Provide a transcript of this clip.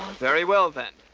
very well, then.